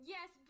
Yes